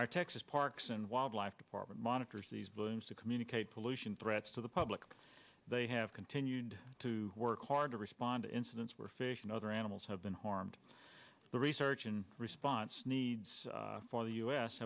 are texas parks and wildlife department monitors these buildings to communicate pollution threats to the public but they have continued to work hard to respond to incidents where fish and other animals have been harmed the research and response needs for the u